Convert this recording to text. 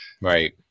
right